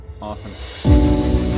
Awesome